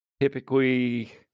typically